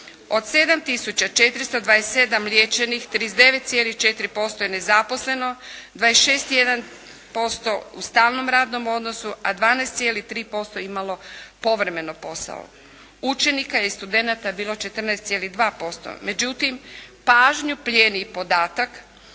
427 liječenih, 39,4% je nezaposleno. 26,1% u stalnom radnom odnosu, a 12,3% imalo povremeno posao. Učenika i studenata je bilo 14,2%. Međutim pažnju plijeni podatak